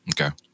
Okay